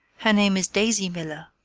her name is daisy miller!